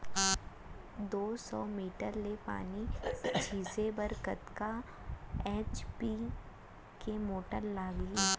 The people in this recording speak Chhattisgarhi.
दो सौ मीटर ले पानी छिंचे बर कतका एच.पी के मोटर लागही?